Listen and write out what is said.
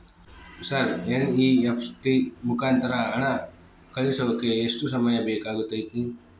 Sir NEFT ಮುಖಾಂತರ ಹಣ ಕಳಿಸೋಕೆ ಎಷ್ಟು ಸಮಯ ಬೇಕಾಗುತೈತಿ?